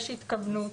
יש התכוונות,